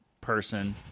person